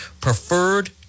preferred